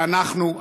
ואנחנו,